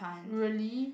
really